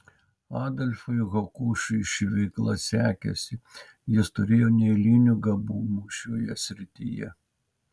adolfui hokušui ši veikla sekėsi jis turėjo neeilinių gabumų šioje srityje